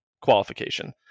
qualification